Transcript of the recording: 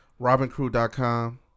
RobinCrew.com